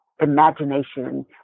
imagination